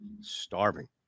Starving